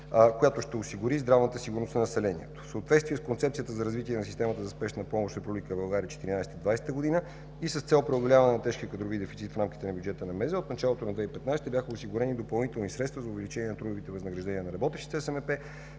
което ще осигури здравната сигурност на населението. В съответствие с Концепцията за развитие на системата за спешна помощ в Република България 2014 – 2020 и с цел преодоляване на тежкия кадрови дефицит в рамките на бюджета на Министерството на здравеопазването, от началото на 2015 г. бяха осигурени допълнителни средства за увеличение на трудовите възнаграждения на работещите